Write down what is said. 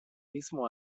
mismo